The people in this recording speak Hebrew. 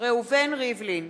רותם, מצביע ראובן ריבלין,